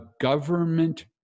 government